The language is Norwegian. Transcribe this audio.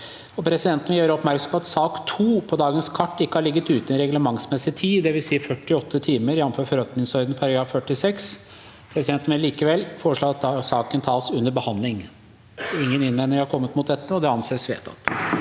Presidenten vil gjøre opp- merksom på at sak nr. 2 på dagens kart ikke har ligget ute i den reglementsmessige tid, dvs. 48 timer, jf. forretningsordenens § 46. Presidenten vil likevel foreslå at saken tas under behandling. – Ingen innvendinger er kommet mot dette, og det anses vedtatt.